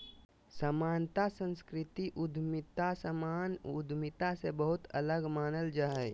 सामान्यत सांस्कृतिक उद्यमिता सामान्य उद्यमिता से बहुते अलग मानल जा हय